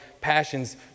passions